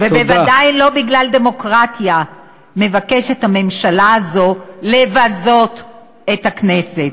ובוודאי לא בגלל דמוקרטיה מבקשת הממשלה הזו לבזות את הכנסת.